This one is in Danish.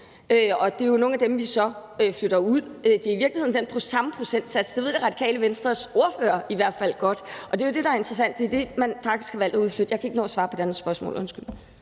og det er nogle af dem, vi så flytter ud. Det er i virkeligheden den samme procentsats. Det ved Radikale Venstres ordfører i hvert fald godt. Og det, der er interessant, er, at det er dem, man faktisk har valgt at udflytte. Jeg kan ikke nå at svare på det andet spørgsmål. Undskyld.